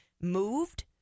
moved